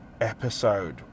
episode